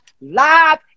live